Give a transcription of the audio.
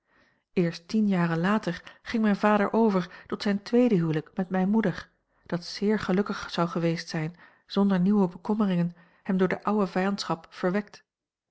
eerst tien jaren later ging mijn vader over tot zijn tweede huwelijk met mijne moeder dat zeer gelukkig zou geweest zijn zonder nieuwe bekommeringen hem door de oude vijandschap verwekt